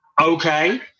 Okay